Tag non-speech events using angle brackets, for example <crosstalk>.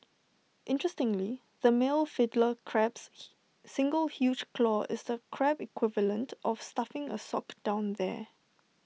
interestingly the male Fiddler crab's <noise> single huge claw is the Crab equivalent of stuffing A sock down there